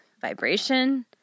vibration